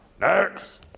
next